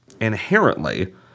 inherently